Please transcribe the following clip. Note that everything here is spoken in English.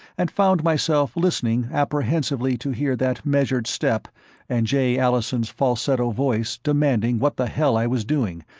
and found myself listening apprehensively to hear that measured step and jay allison's falsetto voice demanding what the hell i was doing,